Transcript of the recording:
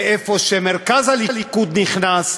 איפה שמרכז הליכוד נכנס,